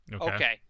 Okay